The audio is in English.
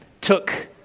took